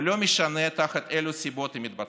ולא משנה תחת אילו סיבות היא מתבצעת.